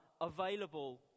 available